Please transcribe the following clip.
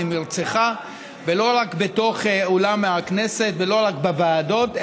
ממרצך ולא רק בתוך אולם הכנסת ולא רק בוועדות,